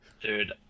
dude